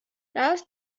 dass